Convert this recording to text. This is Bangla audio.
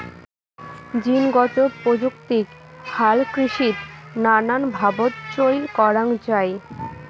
জীনগত প্রযুক্তিক হালকৃষিত নানান ভাবত চইল করাঙ যাই